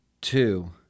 Two